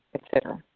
etc.